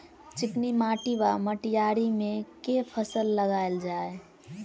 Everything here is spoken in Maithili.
चिकनी माटि वा मटीयारी मे केँ फसल लगाएल जाए?